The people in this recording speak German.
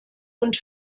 und